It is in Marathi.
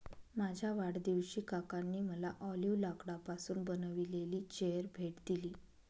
माझ्या वाढदिवशी काकांनी मला ऑलिव्ह लाकडापासून बनविलेली चेअर भेट दिली